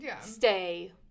stay